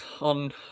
on